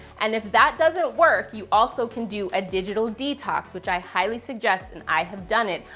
and if that doesn't work, you also can do a digital detox, which i highly suggest and i have done it.